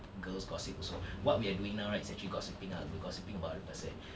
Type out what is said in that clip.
girls gossip also what we are doing now right is actually gossipping ah we're gossipping about other person